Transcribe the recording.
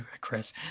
Chris